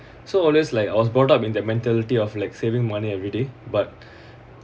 so always like I was brought up in their mentality of like saving money everyday but